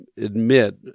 admit